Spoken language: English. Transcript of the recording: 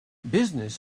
business